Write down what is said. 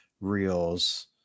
reels